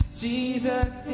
Jesus